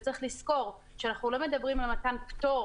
ויש לזכור שאנו לא מדברים על מתן פטור